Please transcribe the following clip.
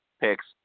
picks